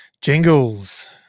Jingles